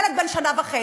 ילד בן שנה וחצי.